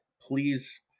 please